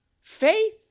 faith